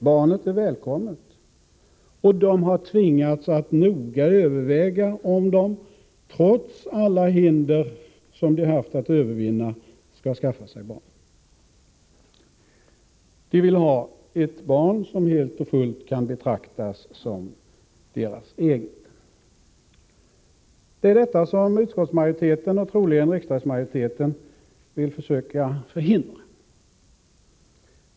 Barnet är välkommet. De har tvingats att noga överväga om de, trots alla hinder som de haft att övervinna, skall skaffa sig barn. De vill ha ett barn som de helt och fullt kan betrakta som sitt eget. Det är detta som utskottsmajoriteten och troligen riksdagsmajoriteten vill försöka förhindra.